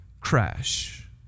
crash